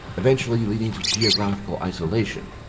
eventually leading to geographical isolation.